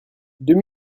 deux